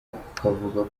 ukavuga